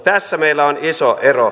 tässä meillä on iso ero